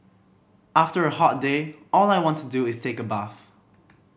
after a hot day all I want to do is take a bath